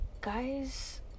guys